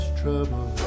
trouble